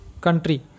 country